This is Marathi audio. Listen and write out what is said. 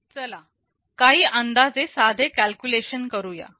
चला काही अंदाजे साधे कॅल्क्युलेशन करूया